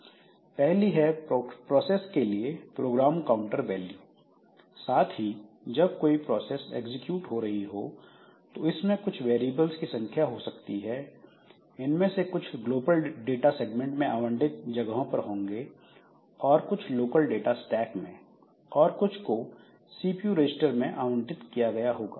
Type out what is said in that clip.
पहली है प्रोसेस के लिए प्रोग्राम काउंटर वैल्यू साथ ही जब कोई प्रोसेस एग्जीक्यूट हो रही हो तो इसमें कुछ वेरिएबल्स की संख्या हो सकती है इनमें से कुछ ग्लोबल डाटा सेग्मेंट में आवंटित जगह पर होंगे और कुछ लोकल डाटा स्टैक में और कुछ को सीपीयू रजिस्टर में आवंटित किया गया होगा